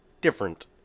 different